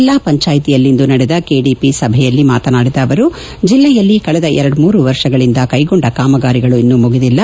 ಜಿಲ್ಲಾ ಪಂಚಾಯತಿಯಲ್ಲಿಂದು ನಡೆದ ಕೆಡಿಪಿ ಸಭೆಯಲ್ಲಿ ಮಾತನಾಡಿದ ಅವರು ಜಿಲ್ಲೆಯಲ್ಲಿ ಕಳೆದ ಎರಡೂರು ವರ್ಷಗಳಿಂದ ಕೈಗೊಂಡ ಕಾಮಗಾರಿಗಳು ಇನ್ನು ಮುಗಿದಿಲ್ಲ